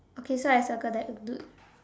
okay so I circle that in blue